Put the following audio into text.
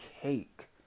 cake